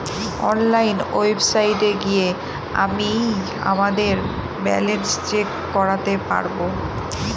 online ওয়েবসাইটে গিয়ে আমিই আমাদের ব্যালান্স চেক করতে পারবো